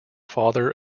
father